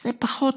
זה פחות